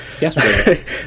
Yes